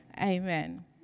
Amen